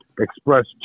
express